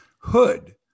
hood